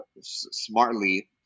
smartly